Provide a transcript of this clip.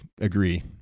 agree